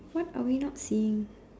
what are we not seeing